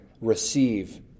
receive